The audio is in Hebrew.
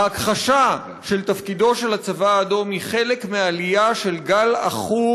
ההכחשה של תפקידו של הצבא האדום היא חלק מעלייה של גל עכור